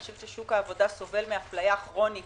אני חושבת ששוק העבודה סובל מאפליה כרונית